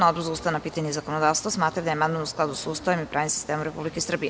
Odbor za ustavna pitanja i zakonodavstvo smatra da je amandman u skladu sa Ustavom i pravnim sistemom Republike Srbije.